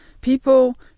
People